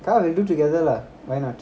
come lah we do together lah why not